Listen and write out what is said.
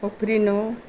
उफ्रिनु